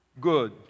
good